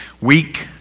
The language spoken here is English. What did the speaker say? weak